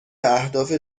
اهداف